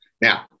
Now